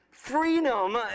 Freedom